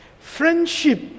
Friendship